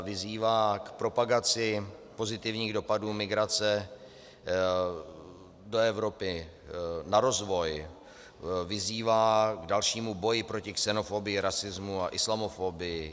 Vyzývá k propagaci pozitivních dopadů migrace do Evropy na rozvoj, vyzývá k dalšímu boji proti xenofobii, rasismu a islamofobii.